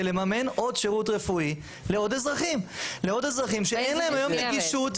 לממן עוד שירות רפואי לעוד אזרחים שאין להם היום נגישות.